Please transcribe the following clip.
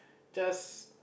just